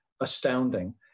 astounding